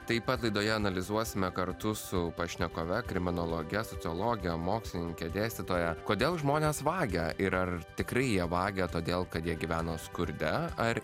taip pat laidoje analizuosime kartu su pašnekove kriminologe sociologe mokslininke dėstytoja kodėl žmonės vagia ir ar tikrai jie vagia todėl kad jie gyvena skurde ar